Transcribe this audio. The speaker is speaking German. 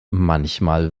manchmal